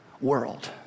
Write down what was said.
world